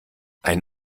ein